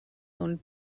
owned